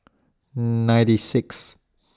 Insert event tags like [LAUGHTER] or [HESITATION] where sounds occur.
[HESITATION] ninety Sixth